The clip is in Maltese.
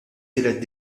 tielet